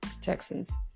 Texans